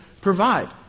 provide